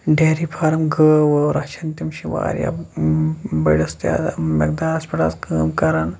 dairy farm گٲو وٲو رَچھان تِم چھِ واریاہ بٔڈِس تعدادَس میقدارَس پٮ۪ٹھ حظ کٲم کران